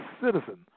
citizen